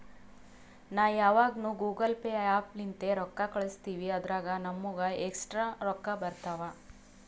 ನಾ ಯಾವಗ್ನು Google pay app ಲಿಂತೇ ರೊಕ್ಕಾ ಕಳುಸ್ತಿನಿ ಅದುರಾಗ್ ನಮ್ಮೂಗ ಎಕ್ಸ್ಟ್ರಾ ರೊಕ್ಕಾ ಬರ್ತಾವ್